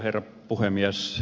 herra puhemies